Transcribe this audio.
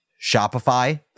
Shopify